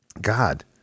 God